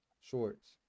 shorts